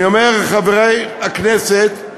אני אומר לחברי הכנסת,